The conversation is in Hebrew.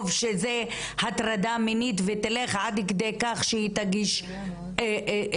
שזה הטרדה מינית ותלך עד כדי כך שהיא תגיש תלונה.